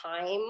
time